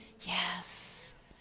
yes